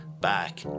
back